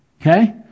Okay